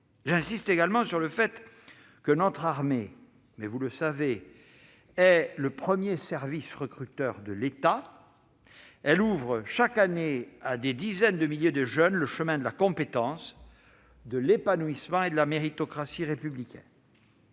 rappelle également que notre armée est le premier service recruteur de l'État. Elle ouvre chaque année à des dizaines de milliers de jeunes le chemin de la compétence, de l'épanouissement et de la méritocratie républicaine.